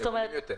הוא גבוה יותר.